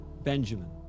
Benjamin